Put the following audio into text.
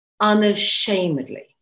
unashamedly